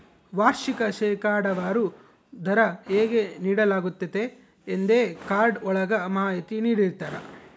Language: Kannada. ವಾರ್ಷಿಕ ಶೇಕಡಾವಾರು ದರ ಹೇಗೆ ನೀಡಲಾಗ್ತತೆ ಎಂದೇ ಕಾರ್ಡ್ ಒಳಗ ಮಾಹಿತಿ ನೀಡಿರ್ತರ